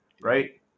right